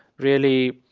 really,